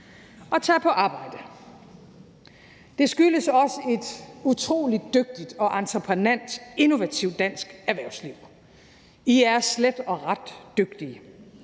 og tager på arbejde. Det skyldes også et utrolig dygtigt, entreprenant og innovativt dansk erhvervsliv. I er slet og ret dygtige